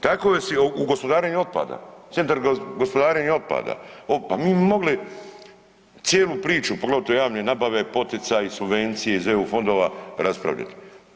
Tako si u gospodarenju otpada, centar gospodarenje otpada, pa mi bi mogli cijelu priču, poglavito javne nabave, poticaje, subvencije iz EU fondova raspravljati.